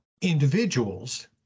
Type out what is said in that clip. individuals